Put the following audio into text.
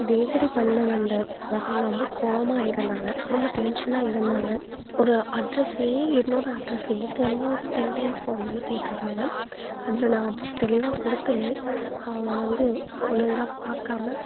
delivery பண்ண வந்த person ரொம்ப கோவமாக இருந்தாங்க ரொம்ப டென்ஷனாக இருந்தாங்க ஒரு அட்ரெஸையே என்னோட அட்ரெஸையே திரும்ப ஒரு டென் டைம்ஸ் ஃபோன் பண்ணி கேட்டிருப்பாங்க அதில் நான் அட்ரெஸ் தெளிவாக கொடுத்தமே அதில் வந்து ஒழுங்கா பார்க்காம